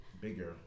bigger